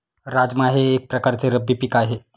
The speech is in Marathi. राजमा हे एक प्रकारचे रब्बी पीक आहे